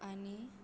आनी